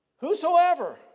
whosoever